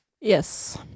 Yes